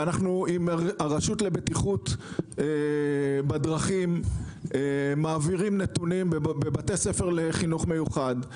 הרשות לבטיחות בדרכים מעבירה נתונים של בתי ספר לחינוך מיוחד,